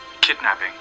kidnapping